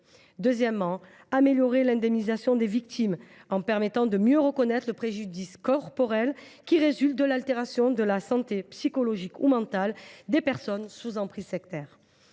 nous voulons améliorer l’indemnisation des victimes en faisant en sorte de mieux reconnaître le préjudice corporel qui résulte de l’altération de la santé psychologique ou mentale des personnes sous emprise sectaire.